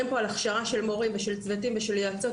פה על הכשרה של מורים ושל צוותים ושל יועצות,